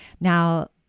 Now